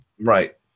Right